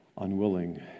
unwilling